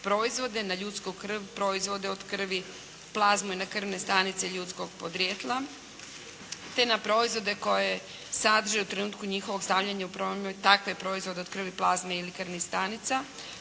proizvode, na ljudsku krv, proizvode od krvi, plazmu i na krvne stanice ljudskog podrijetla te na proizvode koji sadrže u trenutku njihovog stavljanja u promet takve proizvode od krvi, plazme ili krvnih stanica.